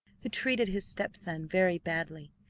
who treated his stepson very badly,